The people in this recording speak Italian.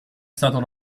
stato